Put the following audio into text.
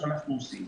שנית,